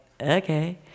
okay